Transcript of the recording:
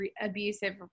abusive